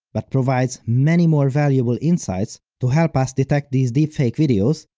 but provides many more valuable insights to help us detect these deepfake videos,